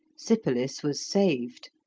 sypolis was saved.